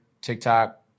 TikTok